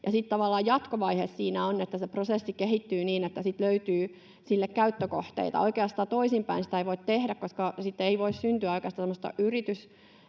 ja sitten tavallaan jatkovaiheessa sitä prosessia kehitettyä niin, että sitten löytyy niille käyttökohteita. Oikeastaan toisinpäin sitä ei voi tehdä, koska sitten ei voi syntyä oikeastaan yritystoimintaa